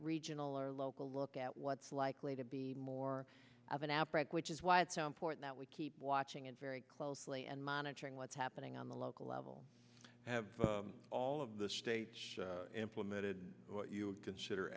regional or local look at what's likely to be more of an outbreak which is why it's so important that we keep watching it very closely and monitoring what's happening on the local level have all of the state implemented what you would consider